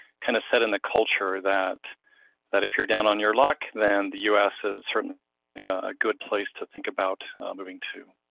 kinda set in the culture that that if you're down on your luck then the us is certainly yeah a good place to think about moving to.